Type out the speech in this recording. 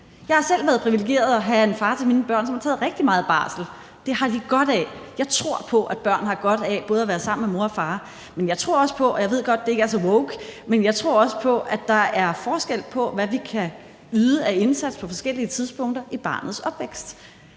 Jeg har selv været privilegeret at have en far til mine børn, som tog rigtig meget barsel. Det har de godt af. Jeg tror på, at børn har godt af at være sammen med både mor og far, men jeg tror også på – og jeg ved godt, at det ikke er så woke – at der er forskel på, hvad vi kan yde af indsats på forskellige tidspunkter i barnets opvækst,